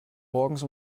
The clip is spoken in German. morgens